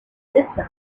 distance